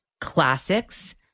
classics